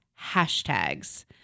hashtags